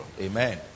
Amen